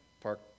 park